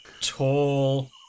tall